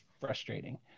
frustrating